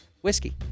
whiskey